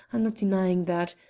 i'm not denying that,